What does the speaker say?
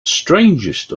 strangest